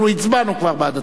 אנחנו הצבענו כבר בעד הצווים.